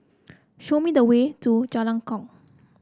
show me the way to Jalan Kuak